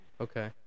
Okay